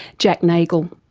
jack nagle.